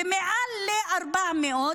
ומעל ל-400,